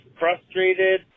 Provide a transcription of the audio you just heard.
frustrated